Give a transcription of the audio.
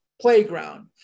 Playground